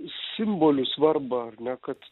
simbolių svarbą ar ne kad